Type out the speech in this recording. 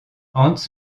hans